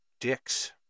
dicks